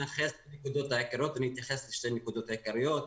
אני אתייחס לשתי נקודות עיקריות,